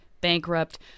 bankrupt